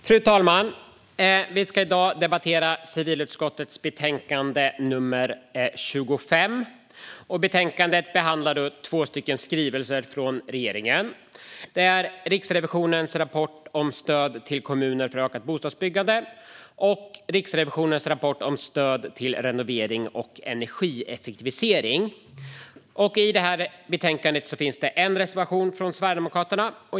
Fru talman! Vi ska i dag debattera civilutskottets betänkande nr 25. I betänkandet behandlas två skrivelser från regeringen. Den ena skrivelsen gäller Riksrevisionens rapport om stödet till kommuner för ökat bostadsbyggande, och den andra skrivelsen gäller Riksrevisionens rapport om stöd till renovering och energieffektivisering. I betänkandet finns en reservation från Sverigedemokraterna.